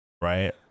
Right